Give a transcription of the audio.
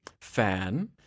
Fan